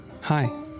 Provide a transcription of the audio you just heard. hi